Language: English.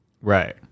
Right